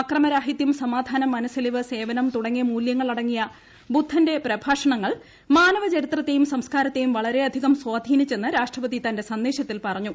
അക്രമ രാഹിത്യം സമാധാനം മനസ്സലിവ് സേവനം തുടങ്ങിയ മൂല്യങ്ങൾ അടങ്ങിയ ബുദ്ധന്റെ പ്രഭാഷണങ്ങൾ മാനവചരിത്രത്തെയും സംസ്ക്കാരത്തെയും വളരെയധികം സ്വാധീനിച്ചെന്ന് രാഷ്ട്രപതി തന്റെ സന്ദേശത്തിൽ പറഞ്ഞു